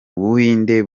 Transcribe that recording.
ubuhinde